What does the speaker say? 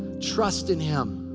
trust in him.